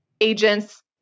agents